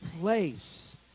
place